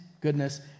goodness